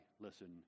listen